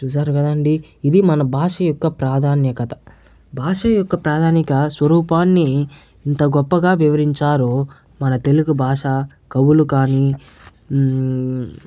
చూశారు కదా అండి ఇది మన భాష యొక్క ప్రాధాన్య కథ భాష యొక్క ప్రాధాన్యక స్వరూపాన్ని ఇంత గొప్పగా వివరించారు మన తెలుగు భాష కవులు కానీ